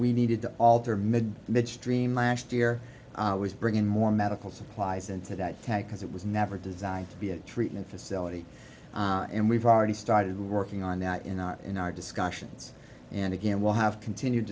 we needed to alter mid midstream last year was bringing more medical supplies into that tag because it was never designed to be a treatment facility and we've already started working on that in our in our discussions and again we'll have continued